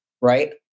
right